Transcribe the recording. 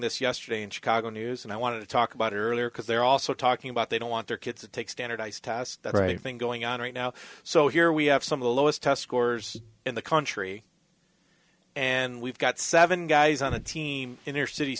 this yesterday in chicago news and i want to talk about earlier because they're also talking about they don't want their kids to take standardized test that right thing going on right now so here we have some of the lowest test scores in the country and we've got seven guys on a team in their city